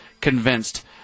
convinced